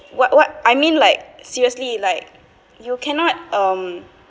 what what I mean like seriously like you cannot um